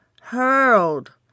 hurled